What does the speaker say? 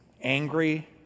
angry